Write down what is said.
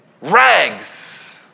rags